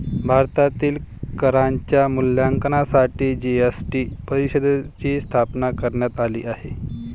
भारतातील करांच्या मूल्यांकनासाठी जी.एस.टी परिषदेची स्थापना करण्यात आली आहे